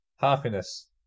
happiness